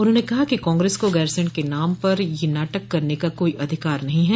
उन्होंने कहा कांग्रेस को गैरसैंण के नाम पर यह नाटक करने कोई अधिकार नहीं है